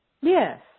Yes